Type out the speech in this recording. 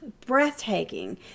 breathtaking